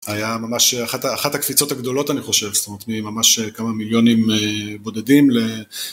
היה ממש אחת הקפיצות הגדולות אני חושב, זאת אומרת מממש כמה מיליונים בודדים